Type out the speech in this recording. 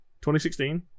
2016